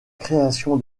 création